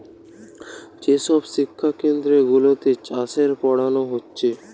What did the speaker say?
যে সব শিক্ষা কেন্দ্র গুলাতে চাষের পোড়ানা হচ্ছে